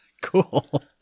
Cool